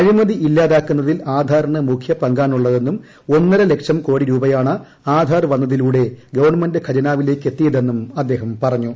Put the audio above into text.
അഴിമതി ഇല്ലാതാക്കുന്നതിൽ ആധാറിന് മുഖ്യ പങ്കാണുള്ളതെന്നും ഒന്നരലക്ഷം കോടി രൂപയാണ് ആധാർ വന്നതിലൂടെ ഗവൺമെന്റ് ഖജനാവിലേക്ക് എത്തിയതെന്നും അദ്ദേഹം പറഞ്ഞു